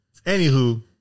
Anywho